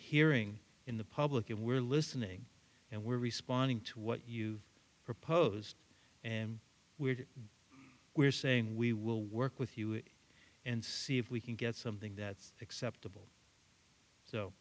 hearing in the public and we're listening and we're responding to what you proposed and weird we're saying we will work with you and see if we can get something that's acceptable so